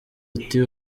ati